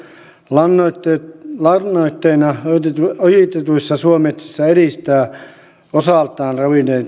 lannoitteena lannoitteena ojitetuissa suometsissä edistää osaltaan